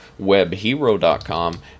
WebHero.com